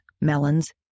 Melons